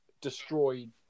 destroyed